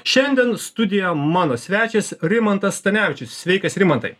šiandien studijoj mano svečias rimantas stanevičius sveikas rimantai